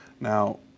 Now